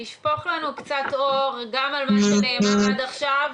תשפוך לנו קצת אור גם על מה שנאמר עד עכשיו,